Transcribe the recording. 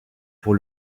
pour